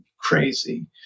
crazy